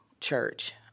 church